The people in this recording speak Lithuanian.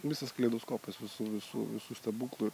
visas kelaidoskopas visų visų visų stebuklų